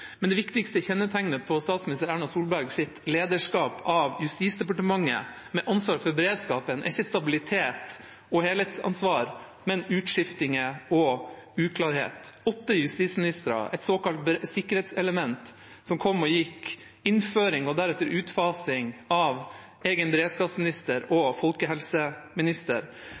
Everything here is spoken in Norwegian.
lederskap av Justisdepartementet, med ansvar for beredskapen, er ikke stabilitet og helhetsansvar, men utskiftinger og uklarhet – åtte justisministre, et såkalt sikkerhetselement som kom og gikk, innføring og deretter utfasing av egen beredskapsminister og folkehelseminister.